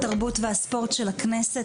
התרבות והספורט של הכנסת,